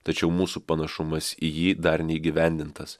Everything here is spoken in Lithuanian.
tačiau mūsų panašumas į jį dar neįgyvendintas